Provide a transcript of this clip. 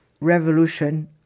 revolution